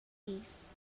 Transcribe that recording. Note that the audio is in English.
please